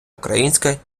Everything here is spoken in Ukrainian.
українська